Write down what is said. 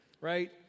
right